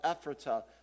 Ephrata